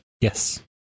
Yes